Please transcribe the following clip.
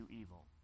evil